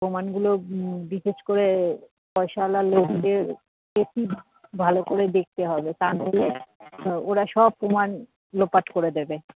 প্রমাণগুলো বিশেষ করে পয়সাওয়ালা লোকদের ভালো করে দেখতে হবে তা নইলে ওরা সব প্রমাণ লোপাট করে দেবে